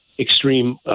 extreme